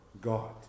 God